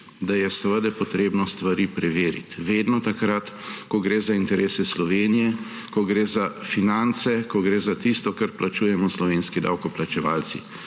da je potrebno stvari preveriti vedno takrat, ko gre za interese Slovenije, ko gre za finance, ko gre za tisto kar plačujemo slovenski davkoplačevalci.